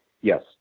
yes